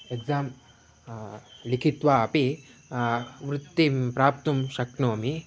exam लिखित्वा अपि वृत्तिं प्राप्तुं शक्नोमि